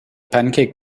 pancake